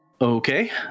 okay